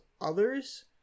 others